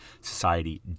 society